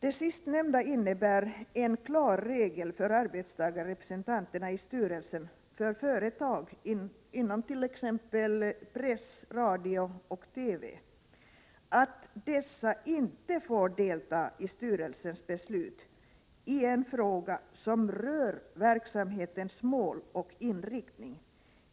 Det sistnämnda innebär en klar regel för arbetstagarrepresentanterna i styrelsen för företag inom exempelvis press, radio och TV, att dessa inte får delta i styrelsens beslut i en fråga som rör verksamhetens mål och inriktning